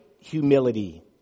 humility